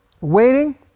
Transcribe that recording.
Waiting